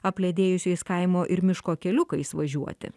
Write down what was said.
apledėjusiais kaimo ir miško keliukais važiuoti